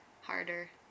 harder